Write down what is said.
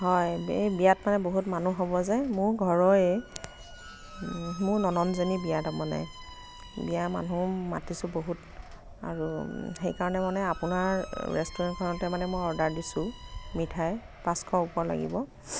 হয় এই বিয়াত মানে বহুত মানুহ হ'ব যে মোৰ ঘৰৰেই ওহ মোৰ ননদজনীৰ বিয়া তাৰমানে বিয়া মানুহ মাতিছোঁ বহুত আৰু সেইকাৰণে মানে আপোনাৰ ৰেষ্টুৰেণ্টখনতে মানে মই অৰ্ডাৰ দিছোঁ মিঠাই পাঁচশৰ ওপৰ লাগিব